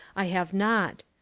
i have not.